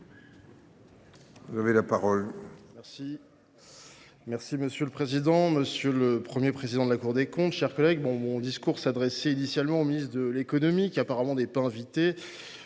vous avez la parole.